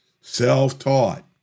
self-taught